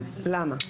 למה?